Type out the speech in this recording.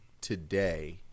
today